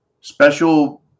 Special